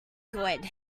good